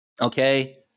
okay